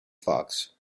fox